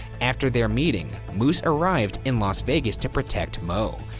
after their meeting, moose arrived in las vegas to protect moe.